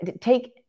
take